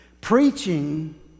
Preaching